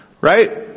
Right